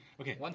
okay